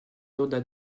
ordres